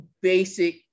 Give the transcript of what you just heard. basic